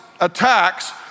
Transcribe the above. attacks